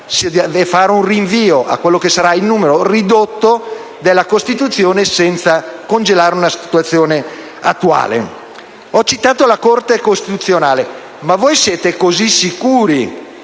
fare un rinvio a quello che sarà il numero ridotto nella Costituzione, senza congelare una situazione attuale. Ho citato la Corte costituzionale. Ma voi siete così sicuri